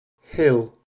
Hill